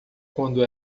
quando